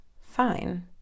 fine